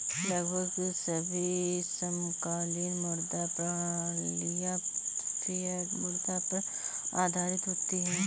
लगभग सभी समकालीन मुद्रा प्रणालियाँ फ़िएट मुद्रा पर आधारित होती हैं